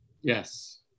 Yes